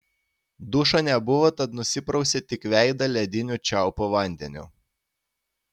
dušo nebuvo tad nusiprausė tik veidą lediniu čiaupo vandeniu